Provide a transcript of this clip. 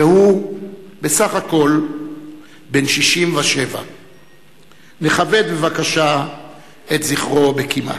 והוא בסך הכול בן 67. נכבד בבקשה את זכרו בקימה.